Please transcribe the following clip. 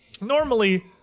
Normally